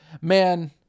man